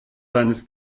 seines